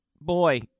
boy